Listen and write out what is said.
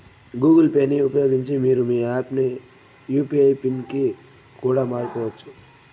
Google పేని ఉపయోగించి మీరు మీ యూ.పీ.ఐ పిన్ ని కూడా మార్చుకోవచ్చు